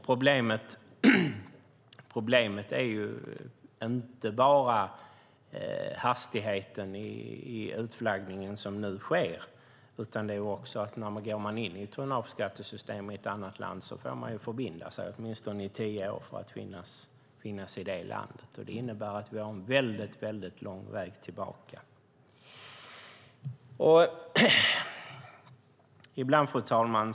Problemet är inte bara hastigheten i den utflaggning som nu sker, utan det är också att går man in i ett tonnageskattesystem i ett annat land får man förbinda sig att finnas i det landet i åtminstone tio år. Det innebär att vi har en mycket lång väg tillbaka. Fru talman!